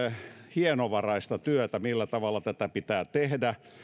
hienovaraista työtä millä tavalla tätä pitää tehdä